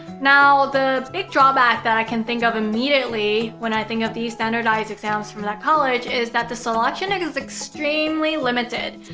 now, the big drawback that i can think of immediately when i think of these standardized exams from that college is that the selection and is extremely limited.